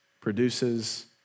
produces